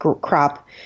Crop